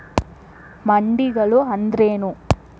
ಮಂಡಿಗಳು ಅಂದ್ರೇನು?